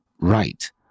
right